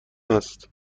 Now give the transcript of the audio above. است